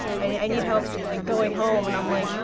i need help like going home. and i'm like,